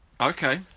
Okay